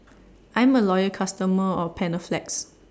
I'm A Loyal customer of Panaflex